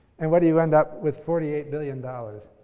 and what do you end up with? forty eight billion dollars.